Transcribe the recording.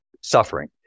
suffering